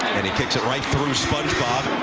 and he kicks it right through spongebob.